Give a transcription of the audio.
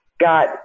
got